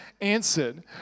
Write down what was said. answered